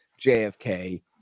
JFK